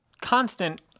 constant